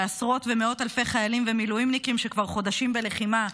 בעשרות ומאות אלפי חיילים ומילואימניקים שכבר חודשים בלחימה,